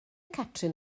catrin